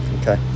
Okay